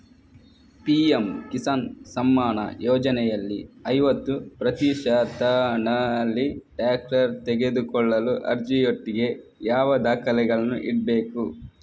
PM Kisan Samman ಯೋಜನೆಯಲ್ಲಿ ಐವತ್ತು ಪ್ರತಿಶತನಲ್ಲಿ ಟ್ರ್ಯಾಕ್ಟರ್ ತೆಕೊಳ್ಳಲು ಅರ್ಜಿಯೊಟ್ಟಿಗೆ ಯಾವ ದಾಖಲೆಗಳನ್ನು ಇಡ್ಬೇಕು?